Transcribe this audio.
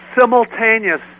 simultaneous